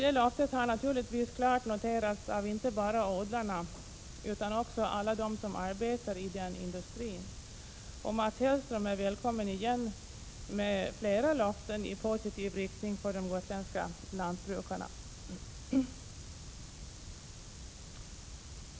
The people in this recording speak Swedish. Detta löfte har naturligtvis noterats av inte bara odlarna utan också alla dem som arbetar i denna industri. Mats Hellström är välkommen igen med flera löften i positiv riktning för de gotländska lantbrukarna.